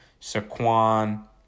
Saquon